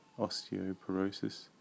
osteoporosis